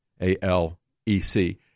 A-L-E-C